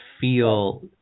feel